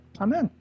Amen